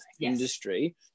industry